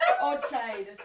outside